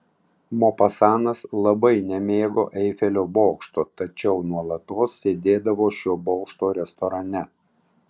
mopasanas labai nemėgo eifelio bokšto tačiau nuolatos sėdėdavo šio bokšto restorane